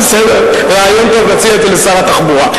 בסדר, רעיון טוב, נציע את זה לשר התחבורה.